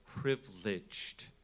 privileged